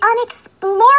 unexplored